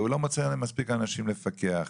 והוא לא מוצא מספיק אנשים כדי לפקח.